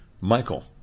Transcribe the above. Michael